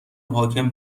حاکم